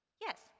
Yes